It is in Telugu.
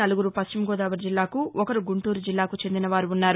నలుగురు పశ్చిమ గోదావరి జిల్లాకు ఒకరు గుంటూరు జిల్లాకు చెందిన వారు ఉన్నారు